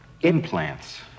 Implants